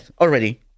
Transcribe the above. already